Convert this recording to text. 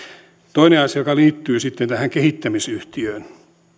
toinen asia liittyy sitten tähän kehittämisyhtiöön